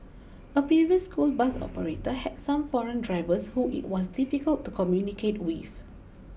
a previous school bus operator had some foreign drivers who it was difficult to communicate with